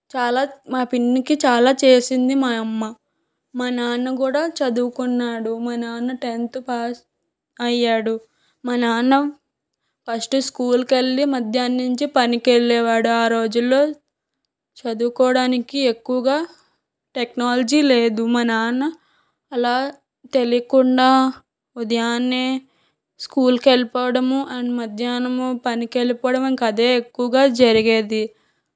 చాలా మా పిన్నికి చాలా చేసింది మా అమ్మ మా నాన్న కూడా చదువుకున్నాడు మా నాన్న టెన్త్ పాస్ అయ్యాడు మా నాన్న ఫస్ట్ స్కూల్కు వెళ్ళి మధ్యాహ్నం నుంచి పనికి వెళ్ళేవాడు ఆ రోజులలో చదువుకోడానికి ఎక్కువగా టెక్నాలజీ లేదు మా నాన్న అలా తెలియకుండా ఉదయాన స్కూల్కు వెళ్ళిపోవడము అండ్ మధ్యాహ్నము పనికి వెళ్ళిపోవడము ఇంకా అదే ఎక్కువగా జరిగేది